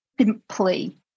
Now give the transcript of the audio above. simply